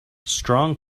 strong